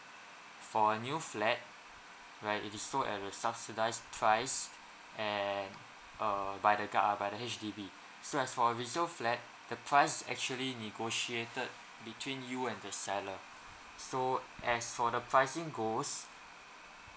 for a new flat right it is sold at a subsidised price and uh buy the gov~ uh by the H_D_B so as for resale flat the price is actually negotiated between you and the seller so as for the pricing goes